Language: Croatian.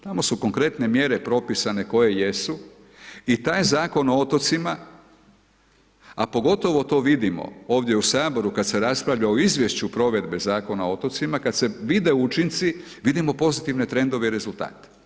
Tamo su konkretne mjere propisane koje jesu i taj je Zakon o otocima, a pogotovo to vidimo ovdje u Saboru kad se raspravlja o izvješću provedbe Zakona o otocima, kad se vide učinci, vidimo pozitivne trendove i rezultate.